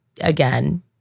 Again